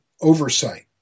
oversight